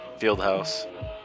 Fieldhouse